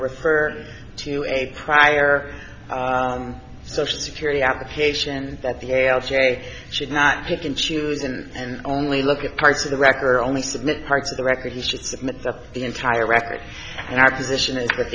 refer to a prior social security application that the l t a should not pick and choose and only look at parts of the record or only submit parts of the records to the entire record and our position is